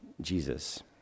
Jesus